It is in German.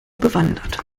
bewandert